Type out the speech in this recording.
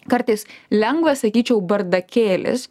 kartais lengvas sakyčiau bardakėlis